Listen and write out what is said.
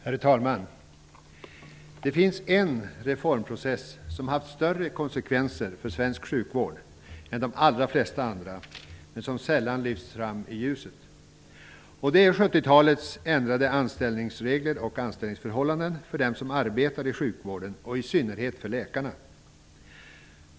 Herr talman! Det finns en reformprocess som haft större konsekvenser för svensk sjukvård än de allra flesta andra, men som sällan lyfts fram i ljuset. Det är 70-talets ändrade anställningsregler och anställningsförhållanden för dem som arbetar i sjukvården, i synnerhet för läkarna.